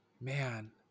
Man